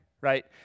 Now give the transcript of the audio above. right